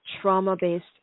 trauma-based